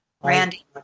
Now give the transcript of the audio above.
Randy